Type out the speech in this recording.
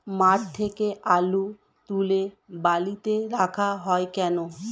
মাঠ থেকে আলু তুলে বালিতে রাখা হয় কেন?